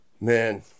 Man